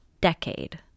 decade